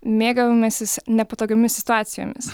mėgavimasis nepatogiomis situacijomis